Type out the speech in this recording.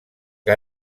que